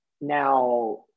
Now